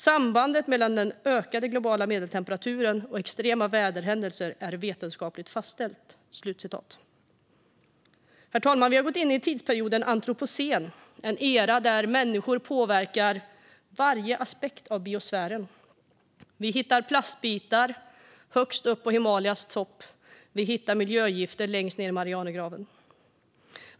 Sambandet mellan den ökade globala medeltemperaturen och extrema väderhändelser är vetenskapligt fastställt." Herr talman! Vi har gått in i tidsperioden antropocen - en era då människor påverkar varje aspekt av biosfären. Vi hittar plastbitar högst upp på Himalayas topp. Vi hittar miljögifter längst ned i Marianergraven.